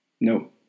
No